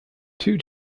two